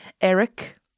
Eric